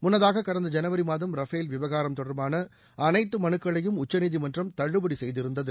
முன்னதாக கடந்த ஜனவரி மாதம் ரபேல் விவகாரம் தொடர்பான அனைத்து மனுக்களையும் உச்சநீதிமன்றம் தள்ளுபடி செய்திருந்தது